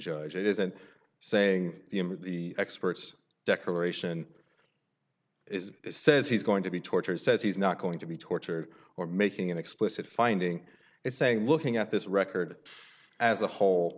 judge it isn't saying the experts decoration is says he's going to be tortured says he's not going to be tortured or making an explicit finding and saying looking at this record as a whole